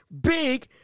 big